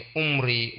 umri